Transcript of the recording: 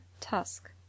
tusk